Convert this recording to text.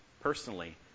personally